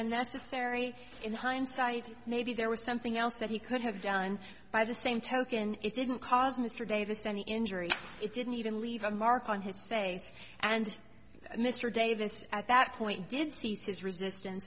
unnecessary in hindsight maybe there was something else that he could have done by the same token it didn't cause mr davis any injury it didn't even leave a mark on his face and mr davis at that point did see resistance